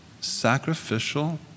sacrificial